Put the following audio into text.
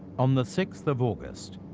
on the sixth of august,